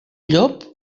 llop